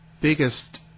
biggest